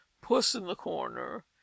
puss-in-the-corner